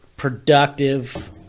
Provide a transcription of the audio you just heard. Productive